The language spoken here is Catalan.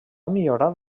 millorar